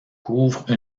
couvre